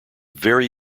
very